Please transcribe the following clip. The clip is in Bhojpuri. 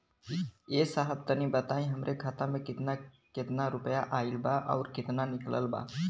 ए साहब तनि बताई हमरे खाता मे कितना केतना रुपया आईल बा अउर कितना निकलल बा?